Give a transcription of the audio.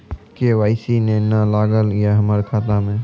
KYC ने न लागल या हमरा खाता मैं?